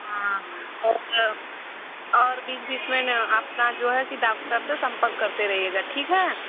हाँ और और बीच बीच में न आपना जो है कि डाक्टर से संपर्क करते रहिएगा ठीक है